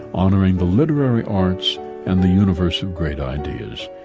honoring the literary arts and the universe of great ideas.